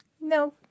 no